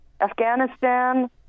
afghanistan